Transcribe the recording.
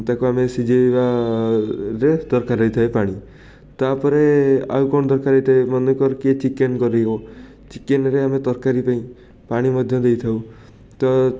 ତାକୁ ଆମେ ସିଜେଇବାରେ ଦରକାର ହେଇଥାଏ ପାଣି ତା'ପରେ ଆଉ କ'ଣ ଦରକାର ହେଇଥାଏ ମନେକର କିଏ ଚିକେନ୍ କରିବ ଚିକେନ୍ରେ ଆମେ ତାରକାରୀ ପାଇଁ ପାଣି ମଧ୍ୟ ଦେଇଥାଉ ତ